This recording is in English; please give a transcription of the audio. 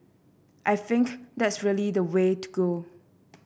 I think that's really the way to go